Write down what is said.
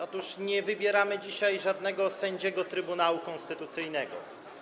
Otóż nie wybieramy dzisiaj żadnego sędziego Trybunału Konstytucyjnego.